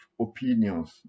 opinions